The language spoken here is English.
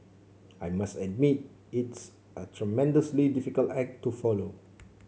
I must admit it's a tremendously difficult act to follow